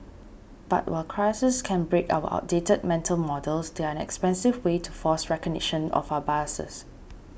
but while crises can break our outdated mental models they are an expensive way to force recognition of our biases